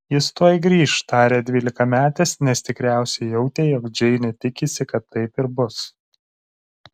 jis tuoj grįš tarė dvylikametis nes tikriausiai jautė jog džeinė tikisi kad taip ir bus